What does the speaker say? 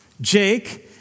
Jake